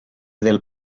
del